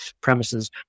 premises